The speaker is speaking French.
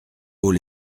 vaut